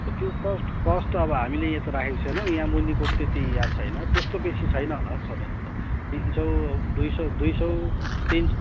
त्यो कस्ट कस्ट त अब हामीले यहाँ त राखेको छैनौँ यहाँ मुनिको पनि त्यति याद छैन त्यस्तो बेसी छैन होला छनु त तिन सौ दुई सौ दुई सौ तिन